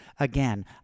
Again